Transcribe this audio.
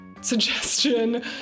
suggestion